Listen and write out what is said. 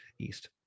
east